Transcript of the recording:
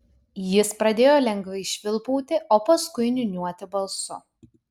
jis pradėjo lengvai švilpauti o paskui niūniuoti balsu